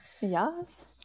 Yes